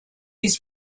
his